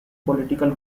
political